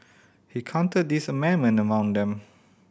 he counted this amendment among them